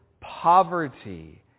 poverty